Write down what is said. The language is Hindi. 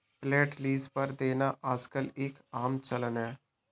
फ्लैट लीज पर देना आजकल एक आम चलन है